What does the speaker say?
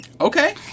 Okay